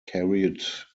carried